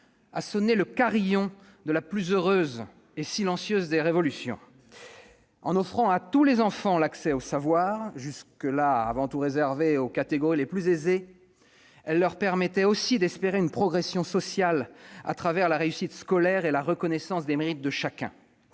a sonné le carillon de la plus heureuse et de la plus silencieuse des révolutions. En offrant à tous les enfants l'accès au savoir, qui était jusqu'alors avant tout réservé aux catégories les plus aisées, elle leur permettait aussi d'espérer une progression sociale par la réussite scolaire, les mérites de chacun